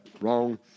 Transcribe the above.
Wrong